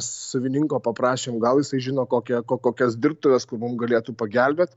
savininko paprašėm gal jisai žino kokią ko kokias dirbtuves kur mum galėtų pagelbėt